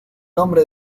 nombre